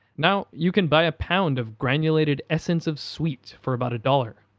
now you can buy a pound of granulated essence of sweet for about a dollar.